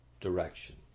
direction